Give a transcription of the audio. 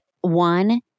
one